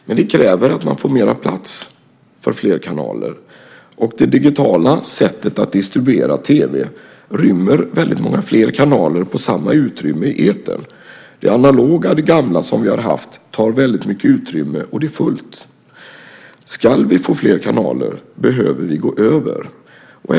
Fler kanaler kräver dock mer plats, och det digitala sättet att distribuera tv rymmer väldigt många fler kanaler på samma utrymme i etern. Det analoga, gamla, som vi haft tar mycket utrymme och är nu fullt. Om vi ska få fler kanaler behöver vi gå över till det digitala sättet.